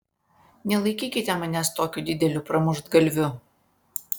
nelaikykite manęs tokiu dideliu pramuštgalviu